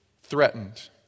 threatened